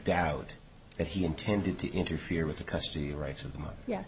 doubt that he intended to interfere with the custody rights of